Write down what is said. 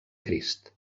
crist